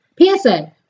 PSA